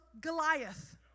Goliath